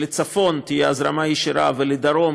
שלצפון תהיה הזרמה ישירה ולדרום,